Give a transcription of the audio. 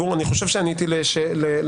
ואז לא צריך לעשות את זה על דרך של כלל וחריגים.